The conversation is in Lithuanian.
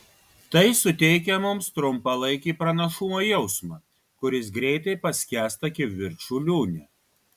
tai suteikia mums trumpalaikį pranašumo jausmą kuris greitai paskęsta kivirčų liūne